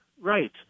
Right